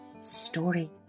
Story